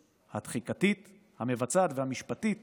התחיקתית, המבצעת והמשפטית